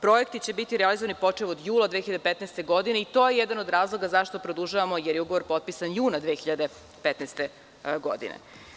Projekti će biti realizovani počev od jula 2015. godine i to je jedna od razloga zašto produžavamo jer je ugovor potpisan juna 2015. godine.